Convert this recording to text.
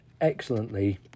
excellently